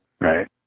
right